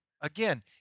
Again